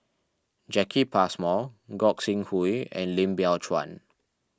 Jacki Passmore Gog Sing Hooi and Lim Biow Chuan